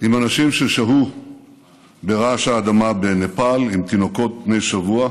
עם אנשים ששהו ברעש האדמה בנפאל עם תינוקות בני שבוע,